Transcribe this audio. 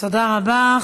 תודה רבה.